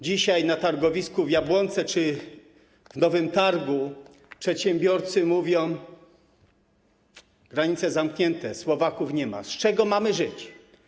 Dzisiaj na targowisku w Jabłonce czy w Nowym Targu przedsiębiorcy mówią: granice zamknięte, Słowaków nie ma, z czego mamy żyć?